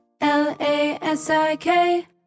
L-A-S-I-K